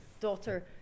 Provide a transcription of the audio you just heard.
daughter